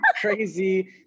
crazy